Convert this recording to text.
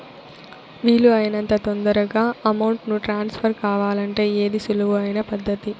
వీలు అయినంత తొందరగా అమౌంట్ ను ట్రాన్స్ఫర్ కావాలంటే ఏది సులువు అయిన పద్దతి